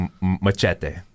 machete